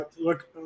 Look